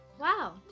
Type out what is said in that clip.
Wow